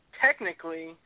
technically